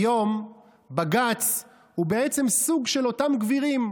היום בג"ץ הוא בעצם סוג של אותם גבירים,